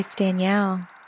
Danielle